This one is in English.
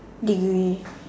degree